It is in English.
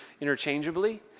interchangeably